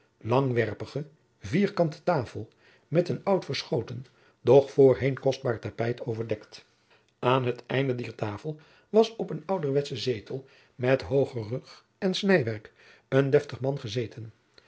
langwerpig vierkante tafel met een oud verschoten doch voorheen kostbaar tapijt overdekt aan het einde dier tafel was op een ouderwetschen zetel met hooge rug en snijwerk een deftig man gezeten